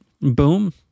boom